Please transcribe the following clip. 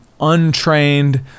untrained